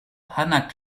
hannah